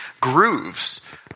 Grooves